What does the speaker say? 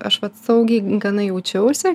aš vat saugiai gana jaučiausi